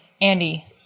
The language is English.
andy